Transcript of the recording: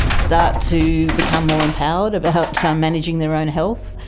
start to become more empowered about so um managing their own health.